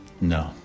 No